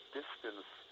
distance